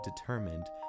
determined